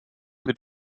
mit